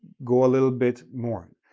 go a little bit more.